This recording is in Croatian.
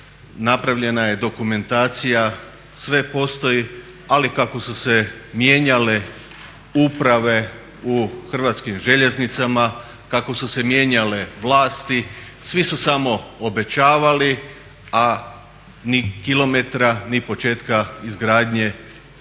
napravljena je dokumentacija, sve postoji ali kako su se mijenjale uprave u Hrvatskim željeznicama, kako su se mijenjale vlasti svi su samo obećavali a ni km ni početka izgradnje tog